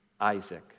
Isaac